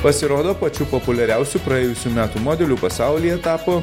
pasirodo pačiu populiariausiu praėjusių metų modeliu pasaulyje tapo